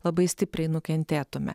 labai stipriai nukentėtume